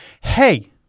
Hey